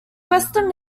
western